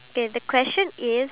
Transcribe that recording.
okay